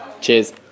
Cheers